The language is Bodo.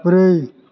ब्रै